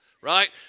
right